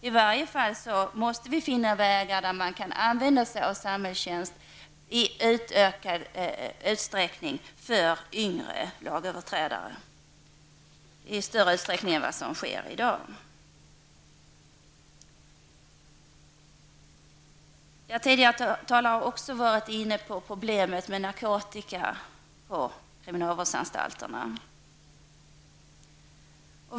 I varje fall måste vi finna vägar så att vi kan använda oss av samhällstjänst i ökad utsträckning för yngre lagöverträdare än vad som sker i dag. Tidigare talare här har varit inne på problemet med narkotika på kriminalvårdsanstalterna.